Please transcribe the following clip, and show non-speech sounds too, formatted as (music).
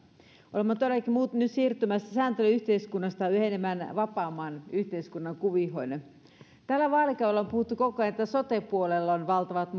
olemme todellakin nyt siirtymässä sääntely yhteiskunnasta yhä enemmän vapaamman yhteiskunnan kuvioon tällä vaalikaudella on puhuttu koko ajan että sote puolella ja maakuntahallinnossa on valtavat (unintelligible)